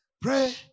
pray